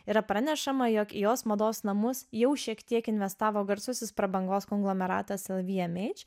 yra pranešama jog jos mados namus jau šiek tiek investavo garsusis prabangos konglomeratas lvmh